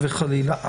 חלילה,